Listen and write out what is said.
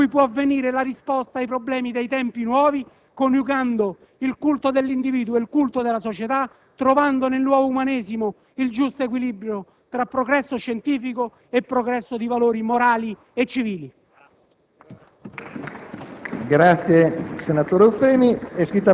Noi guardiamo a costruire un'Europa politica da cui può venire la risposta ai problemi dei tempi nuovi, coniugando il culto dell'individuo e il culto della società, trovando nel nuovo umanesimo il giusto equilibrio tra progresso scientifico e progresso di valori morali e civili.